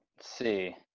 see